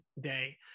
day